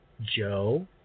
Joe